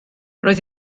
roedd